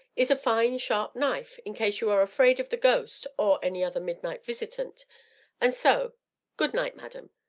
is a fine sharp knife, in case you are afraid of the ghost or any other midnight visitant and so good night, madam!